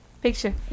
picture